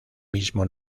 mismo